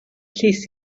llys